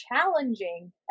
challenging